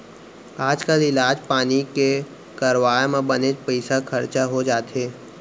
आजकाल इलाज पानी के करवाय म बनेच पइसा खरचा हो जाथे